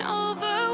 over